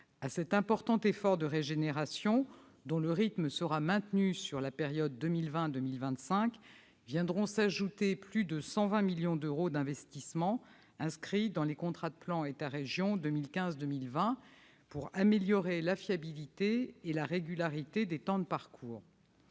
À cet important effort de régénération, dont le rythme sera maintenu sur la période 2020-2025, viendront s'ajouter plus de 120 millions d'euros d'investissements inscrits dans les contrats de plan État-régions 2015-2020, pour améliorer la fiabilité et la régularité des temps de parcours.